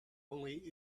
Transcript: only